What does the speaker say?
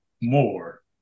more